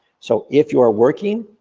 so if you're working,